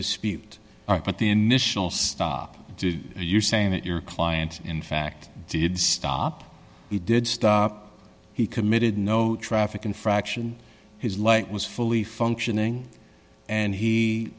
dispute but the initial stop did you saying that your client in fact did stop he did stop he committed no traffic infraction his light was fully functioning and he